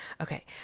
Okay